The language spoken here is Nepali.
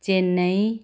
चेन्नई